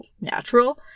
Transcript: natural